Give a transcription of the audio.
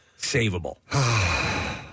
savable